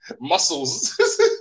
muscles